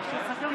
אני חושב,